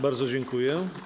Bardzo dziękuję.